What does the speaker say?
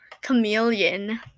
Chameleon